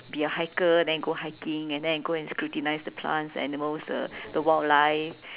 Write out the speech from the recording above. be a hiker then go hiking and then I go and scrutinize the plants animals uh the wildlife